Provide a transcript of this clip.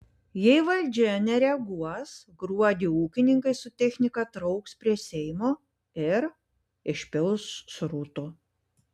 jei valdžia nereaguos gruodį ūkininkai su technika trauks prie seimo ir išpils srutų